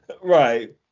Right